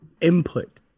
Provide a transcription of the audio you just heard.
input